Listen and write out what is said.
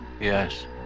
yes